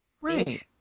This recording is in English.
right